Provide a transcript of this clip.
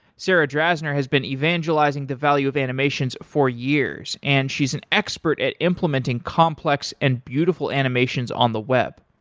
sarah drasner has been evangelizing the value of animations for years and she's an expert at implementing complex and beautiful animations on the web.